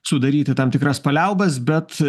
sudaryti tam tikras paliaubas bet